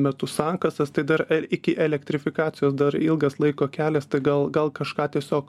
metu sankasas tai dar iki elektrifikacijos dar ilgas laiko kelias tai gal gal kažką tiesiog